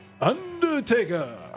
Undertaker